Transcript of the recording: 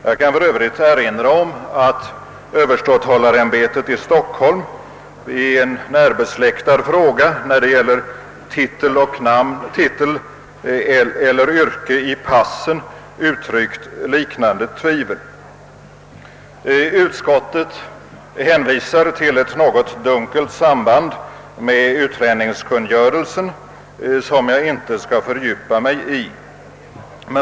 Jag kan för övrigt erinra om att överståthållarämbetet i Stockholm i en närbesläktad fråga — angående titel eller yrke i passen — uttryckt liknande tvivel. Utskottet hänvisar till ett något dunkelt samband med utlänningskungörelsen, som jag inte skall fördjupa mig i.